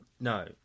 No